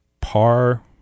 par